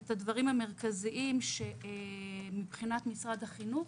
אני אמנה את הדברים המרכזיים מבחינת משרד החינוך,